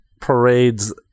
parades